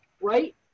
right